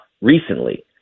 recently